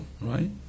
right